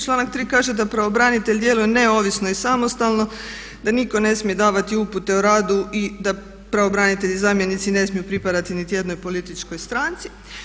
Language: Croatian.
Članak 3. kaže da pravobranitelj djeluje neovisno i samostalno, da nitko ne smije davati upute o radu i da pravobranitelji i zamjenici ne smiju pripadati niti jednoj političkoj stranci.